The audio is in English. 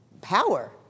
power